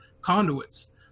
conduits